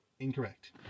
incorrect